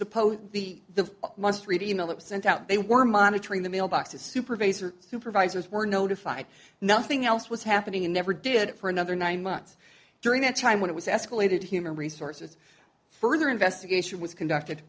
the the must read e mail that was sent out they were monitoring the mailbox the supervisor supervisors were notified nothing else was happening and never did it for another nine months during that time when it was escalated human resources further investigation was conducted